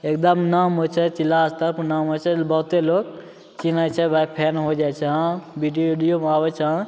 एगदम नाम होय छै जिला स्तर पर नाम होय छै बहुते लोक चिन्है छै फैन हो जाइ छै बीडियो उडियोमे आबै छै